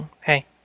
Hey